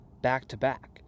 back-to-back